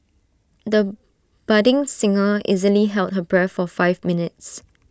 the budding singer easily held her breath for five minutes